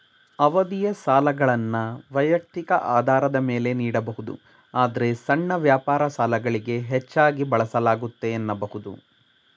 ಅವಧಿಯ ಸಾಲಗಳನ್ನ ವೈಯಕ್ತಿಕ ಆಧಾರದ ಮೇಲೆ ನೀಡಬಹುದು ಆದ್ರೆ ಸಣ್ಣ ವ್ಯಾಪಾರ ಸಾಲಗಳಿಗೆ ಹೆಚ್ಚಾಗಿ ಬಳಸಲಾಗುತ್ತೆ ಎನ್ನಬಹುದು